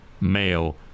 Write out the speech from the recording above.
male